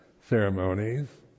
ceremonies